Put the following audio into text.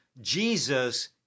Jesus